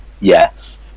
Yes